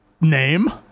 name